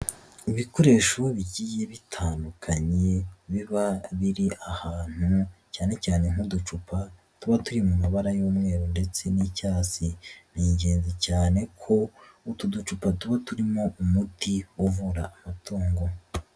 Ibikoresho bigiye bitandukanye biba biri ahantu cyane cyane nk'uducupa tuba turi mu mabara y'umweru ndetse n'icyayi, ni ingenzi cyane ko utu ducupa tuba turimo umuti uvura amatungo.